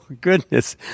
goodness